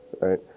right